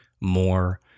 more